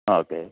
ആ ഓക്കേ